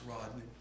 Rodney